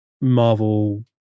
Marvel